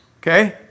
okay